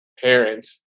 parents